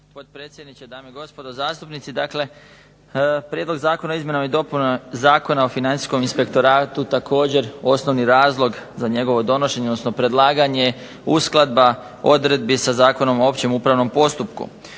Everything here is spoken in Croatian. potpredsjedniče, dame i gospodo zastupnici. Dakle Prijedlog Zakona o izmjenama i dopunama Zakona o financijskom inspektoratu također osnovni razlog za njegovo donošenje, odnosno predlaganje uskladba odredbi sa Zakonom o općem upravnom postupku.